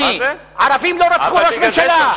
ערבים לא רצחו ראש ממשלה, אדוני.